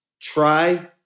try